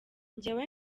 njyewe